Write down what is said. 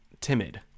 timid